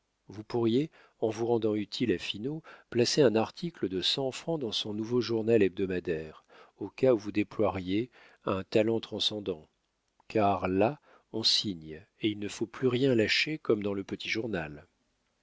vous pourriez en vous rendant utile à finot placer un article de cent francs dans son nouveau journal hebdomadaire au cas où vous déploieriez un talent transcendant car là on signe et il ne faut plus rien lâcher comme dans le petit journal